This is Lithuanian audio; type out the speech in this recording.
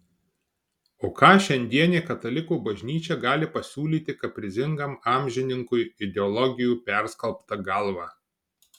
o ką šiandienė katalikų bažnyčia gali pasiūlyti kaprizingam amžininkui ideologijų perskalbta galva